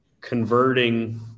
converting